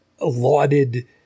lauded